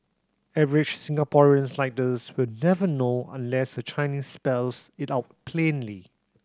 average Singaporeans like us will never know unless the Chinese spells it out plainly